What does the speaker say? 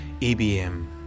EBM